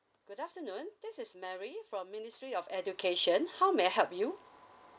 good afternoon this is mary from ministry of education how may I help you